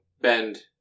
bend